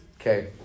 Okay